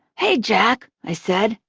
hey, jack, i said.